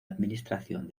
administración